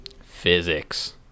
Physics